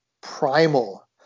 primal